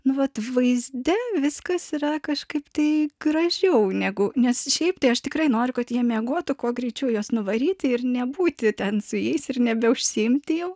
nu vat vaizde viskas yra kažkaip tai gražiau negu nes šiaip tai aš tikrai noriu kad jie miegotų kuo greičiau juos nuvaryti ir nebūti ten su jais ir nebeužsiimti jau